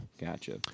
Gotcha